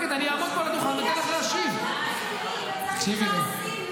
הרי הסברתי שעשינו,